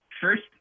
First